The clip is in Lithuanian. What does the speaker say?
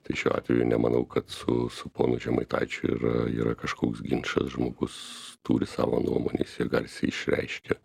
tai šiuo atveju nemanau kad su su ponu žemaitaičiu yra yra kažkoks ginčas žmogus turi savo nuomonę jis ją garsiai išreiškia